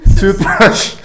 toothbrush